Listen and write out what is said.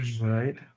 Right